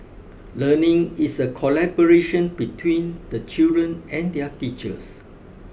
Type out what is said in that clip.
learning is a collaboration between the children and their teachers